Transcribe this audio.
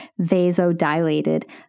vasodilated